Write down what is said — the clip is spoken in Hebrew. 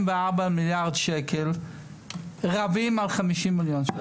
מיליארד שקלים ורבים על 50 מיליון שקלים.